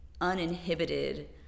uninhibited